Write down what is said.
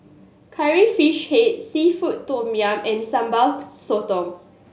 Curry Fish Head seafood tom yum and Sambal Sotong